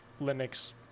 Linux